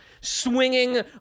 swinging